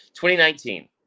2019